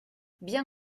bien